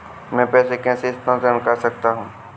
मैं पैसे कैसे स्थानांतरण कर सकता हूँ?